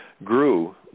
grew